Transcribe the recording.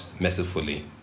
mercifully